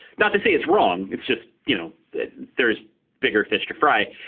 not to say it's wrong. it's just you know that there's bigger fish to fry.